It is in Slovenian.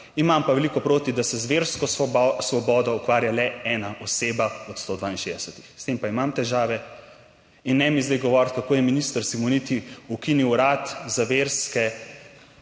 imam pa veliko proti, da se z versko svobodo ukvarja le ena oseba od 162., s tem pa imam težave in ne mi zdaj govoriti, kako je minister Simoniti ukinil Urad za verske